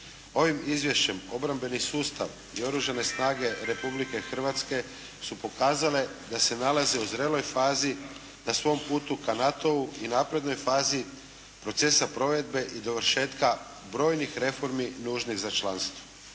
Ovim izvješćem obrambeni sustav i Oružane snage Republike Hrvatske su pokazale da se nalaze u zreloj fazi na svom putu ka NATO-u i naprednoj fazi procesa provedbe i dovršetka brojnih reformi nužnih za članstvo.